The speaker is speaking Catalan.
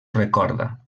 recorda